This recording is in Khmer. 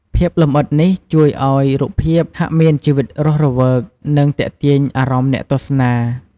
ភាពលម្អិតនេះជួយឱ្យរូបភាពហាកមានជីវិតរស់រវើក និងទាក់ទាញអារម្មណ៍អ្នកទស្សនា ។